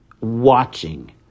watching